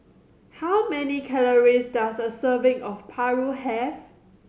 how many calories does a serving of Paru have